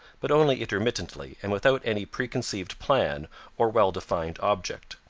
but only intermittently and without any preconceived plan or well-defined object.